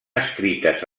escrites